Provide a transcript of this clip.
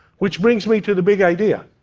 which brings me to the big idea